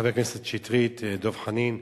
חבר הכנסת שטרית, ואת דב חנין.